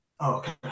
Okay